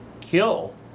kill